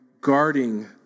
guarding